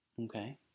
Okay